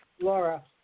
Laura